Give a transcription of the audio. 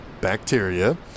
bacteria